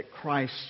Christ